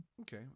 Okay